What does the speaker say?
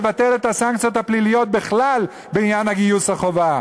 לבטל את הסנקציות הפליליות בעניין גיוס החובה בכלל.